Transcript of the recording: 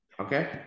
Okay